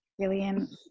Gillian